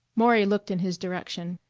maury looked in his direction,